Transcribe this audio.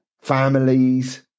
families